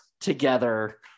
together